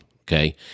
Okay